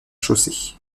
chaussée